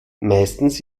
meistens